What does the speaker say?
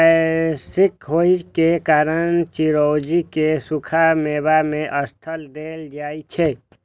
पौष्टिक होइ के कारण चिरौंजी कें सूखा मेवा मे स्थान देल जाइ छै